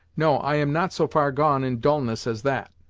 no, i am not so far gone in dullness as that.